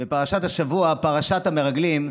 בפרשת השבוע, פרשת המרגלים,